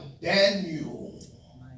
Daniel